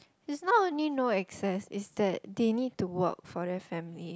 it's not only no access is that they need to work for their family